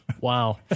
Wow